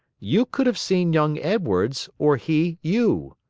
you could have seen young edwards, or he you.